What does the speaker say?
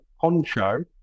poncho